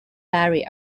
vary